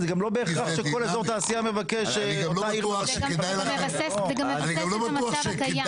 זה גם מבסס את המצב הקיים.